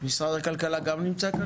משרד הכלכלה גם נמצא?